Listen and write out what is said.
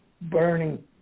burning